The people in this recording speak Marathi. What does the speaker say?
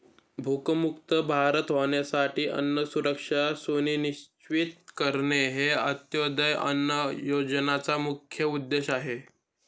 भूकमुक्त भारत होण्यासाठी अन्न सुरक्षा सुनिश्चित करणे हा अंत्योदय अन्न योजनेचा मुख्य उद्देश आहे